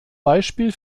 beispiel